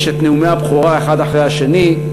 שיש נאומי בכורה, האחד אחרי השני.